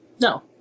No